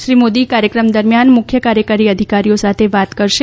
શ્રી મોદી કાર્યક્રમ દરમિયાન મુખ્ય કાર્યકારી અધિકારીઓ સાથે વાત કરશે